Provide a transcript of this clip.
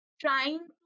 trying